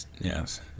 Yes